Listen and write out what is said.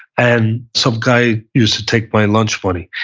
and some guy used to take my lunch money.